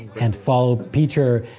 and follow peter,